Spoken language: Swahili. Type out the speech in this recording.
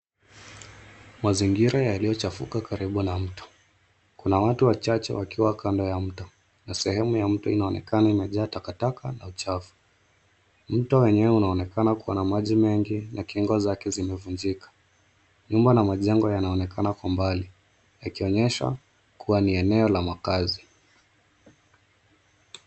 Mazingira yaliyochafuka karibu na mto. Kuna watu wachache wakiwa kando ya mto na sehemu ya mto inaonekana imejaa takataka na uchafu. Mto wenyewe unaonekana ukona maji mengi na kingo zake zimevunjika. Nyumba na majengo yanaonekana kwa umbali yakionyesha kuwa ni eneo la makazi.